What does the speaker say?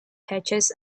patches